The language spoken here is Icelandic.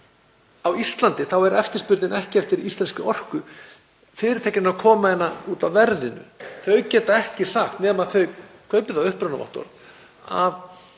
á Íslandi er eftirspurnin ekki eftir íslenskri orku. Fyrirtækin koma hingað út af verðinu. Þau geta ekki sagt, nema þau kaupi þá upprunavottorð,